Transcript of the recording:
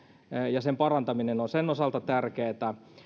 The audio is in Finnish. ja parantaminen on sen osalta tärkeätä